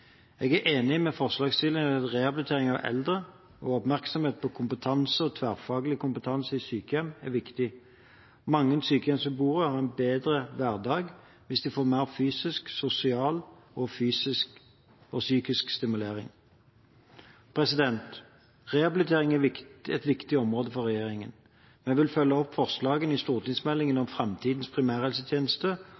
Jeg er enig med forslagsstillerne i at rehabilitering av eldre og oppmerksomhet på kompetanse og tverrfaglig kompetanse i sykehjem er viktig. Mange sykehjemsbeboere vil ha en bedre hverdag hvis de får mer fysisk, sosial og psykisk stimulering. Rehabilitering er et viktig område for regjeringen. Vi vil følge opp forslagene i stortingsmeldingen om